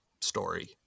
story